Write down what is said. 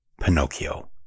Pinocchio